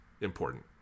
important